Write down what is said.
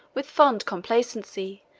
with fond complacency,